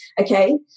okay